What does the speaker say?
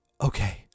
okay